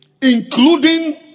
Including